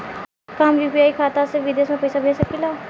का हम यू.पी.आई खाता से विदेश में पइसा भेज सकिला?